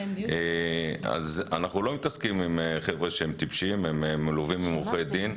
אנחנו לא מתעסקים עם חבר'ה טיפשים הם מלווים בעורכי דין.